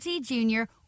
Junior